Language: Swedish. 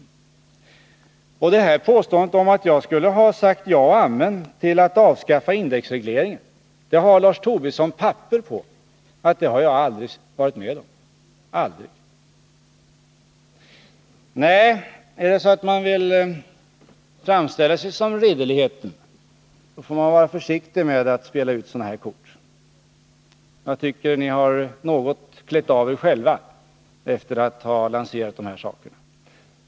Och när det gäller påståendet att jag skulle ha sagt ja och amen till att avskaffa indexregleringen har Lars Tobisson papper på att jag aldrig har gått med på det. Nej, vill man framställa sig som ridderligheten själv, då får man vara försiktig med att spela ut sådana här kort. Jag tycker ni har något klätt av er själva, sedan ni har lanserat de här citaten.